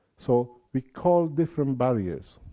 so we call different barriers,